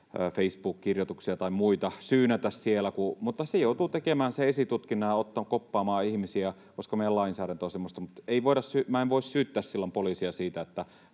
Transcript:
Facebook-kirjoituksia tai muita syynätä siellä, mutta se joutuu tekemään sen esitutkinnan ja koppaamaan ihmisiä, koska meidän lainsäädäntö on semmoista. Mutta minä en voi syyttää silloin poliisia siitä,